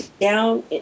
down